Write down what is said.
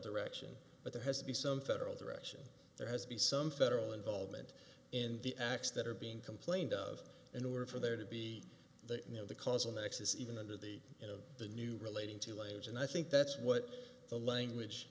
direction but there has to be some federal direction there has to be some federal involvement in the acts that are being complained of in order for there to be the you know the causal nexus even under the you know the new relating to lives and i think that's what the language